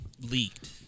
leaked